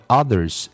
others